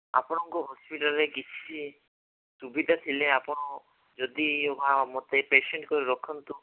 ଆପଣଙ୍କ ହସ୍ପିଟାଲ୍ରେ କିଛି ସୁବିଧା ଥିଲେ ଆପଣ ଯଦି ହୁଏ ମୋତେ ପେସେଣ୍ଟ୍ କରି ରଖନ୍ତୁ